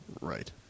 Right